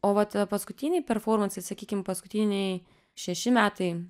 o vat paskutiniai performansai sakykim paskutiniai šeši metai